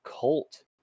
cult